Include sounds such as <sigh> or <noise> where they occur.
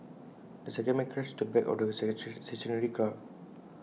the second man crashed into the back of the <unintelligible> stationary car